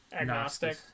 agnostic